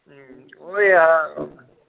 उ'यै ऐ